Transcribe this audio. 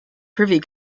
privy